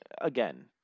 Again